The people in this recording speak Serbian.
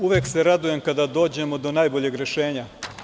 Uvek se radujem kada dođemo do najboljeg rešenja.